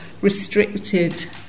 restricted